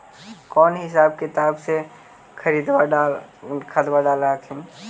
कौन हिसाब किताब से खदबा डाल हखिन?